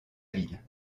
ville